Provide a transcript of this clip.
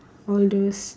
all those